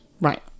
Right